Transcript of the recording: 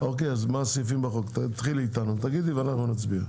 מה הסעיפים, תגידי ואנחנו נצביע.